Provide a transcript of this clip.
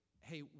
hey